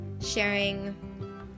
sharing